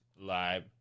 live